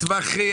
בתהליך,